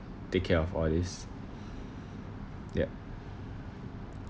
take care of all this yup